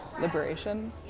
liberation